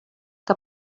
que